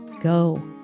Go